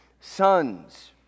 sons